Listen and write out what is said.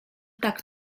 tak